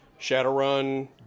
Shadowrun